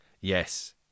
Yes